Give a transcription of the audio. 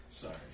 Sorry